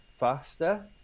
Faster